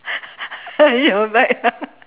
in your bag ah